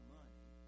money